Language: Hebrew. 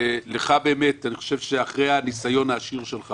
לאור הניסיון העשיר שלך